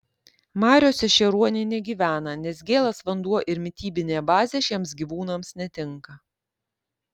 mariose šie ruoniai negyvena nes gėlas vanduo ir mitybinė bazė šiems gyvūnams netinka